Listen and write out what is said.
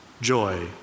joy